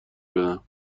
بدم